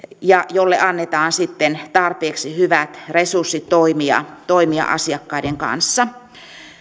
jolle annetaan tarpeeksi hyvät resurssit toimia toimia asiakkaiden kanssa